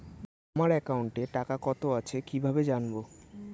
আমার একাউন্টে টাকা কত আছে কি ভাবে জানবো?